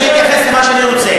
אני אתייחס למה שאני רוצה.